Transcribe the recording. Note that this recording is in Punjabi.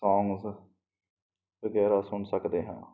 ਸੋਂਗਜ਼ ਵਗੈਰਾ ਸੁਣ ਸਕਦੇ ਹਾਂ